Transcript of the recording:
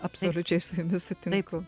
absoliučiai su jumis sutinku